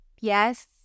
yes